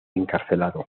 encarcelado